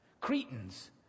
Cretans